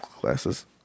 glasses